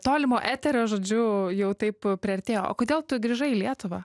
tolimo eterio žodžiu jau taip priartėjo o kodėl tu grįžai į lietuvą